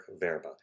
Verba